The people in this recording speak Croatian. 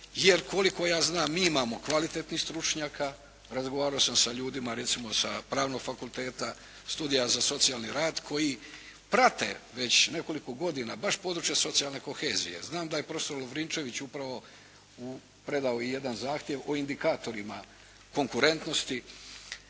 jer koliko ja znam mi imamo kvalitetnih stručnjaka, razgovarao sam sa ljudima, recimo sa pravnog fakulteta, Studija za socijalni rad koji prate već nekoliko godina baš područja socijalne kohezije. Znam da je profesor Lovrinčević upravo predao i jedan zahtjev o indikatorima konkurentnosti.